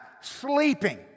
sleeping